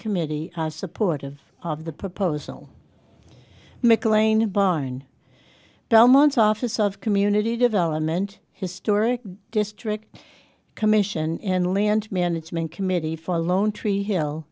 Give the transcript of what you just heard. committee are supportive of the proposal mclean a barn del monte office of community development historic district commission and land management committee for lone tree hill